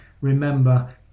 remember